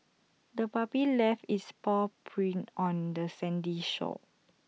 the puppy left its paw prints on the sandy shore